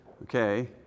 Okay